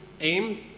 aim